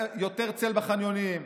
יותר צל בחניונים,